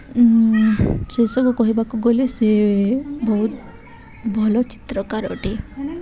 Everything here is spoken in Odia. ସେସବୁ କହିବାକୁ ଗଲେ ସେ ବହୁତ ଭଲ ଚିତ୍ରକାର ଅଟେ